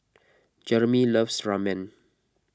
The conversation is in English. Jeremy loves Ramen